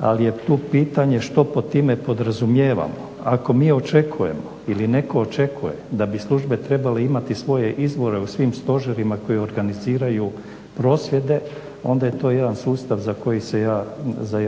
ali je tu pitanje što pod time podrazumijevamo. Ako mi očekujemo ili netko očekuje da bi službe trebale imati svoje izvore u svim stožerima koji organiziraju prosvjede onda je to jedan sustav za